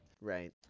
Right